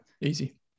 Easy